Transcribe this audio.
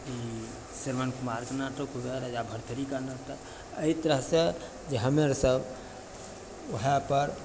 ई श्रवण कुमारके नाटक होबय हइ राजा भरथरीके नाटक अइ तरहसँ जे हमे अर सब वएह पर